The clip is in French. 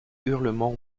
hurlements